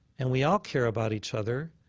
and we all care about each other.